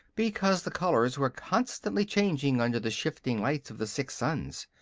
because the colors were constantly changing under the shifting lights of the six suns.